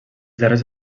darrers